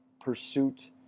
pursuit